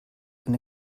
eine